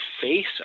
face